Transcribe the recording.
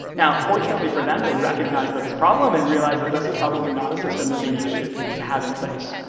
now, fortunately for them, they recognized this problem, and realized that this is probably not a system that they needed to to have in place.